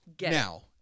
Now